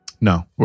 No